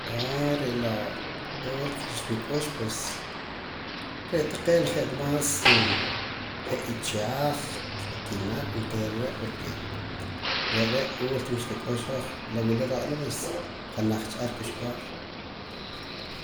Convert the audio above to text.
reh la ultima xnuk'ux pues re' taqee' je' más je' ichaj kinaq' oontera re' porque re' re' ultima xkak'ux hoj la wula ro'na pues janaj cha ar k'uxb'al.